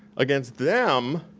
against them,